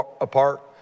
apart